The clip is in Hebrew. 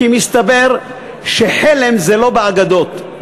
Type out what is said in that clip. כי מסתבר שחלם זה לא באגדות,